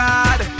God